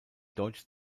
deutsch